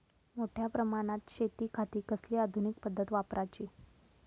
मोठ्या प्रमानात शेतिखाती कसली आधूनिक पद्धत वापराची?